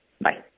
Bye